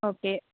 okay